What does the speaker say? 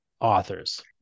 authors